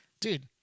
dude